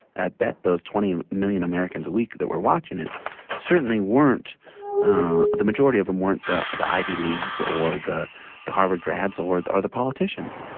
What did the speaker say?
i bet those twenty million americans a week that were watching it certainly weren't the majority of them weren't the the ivy leagues, leagues, or the the harvard grads or or the politicians.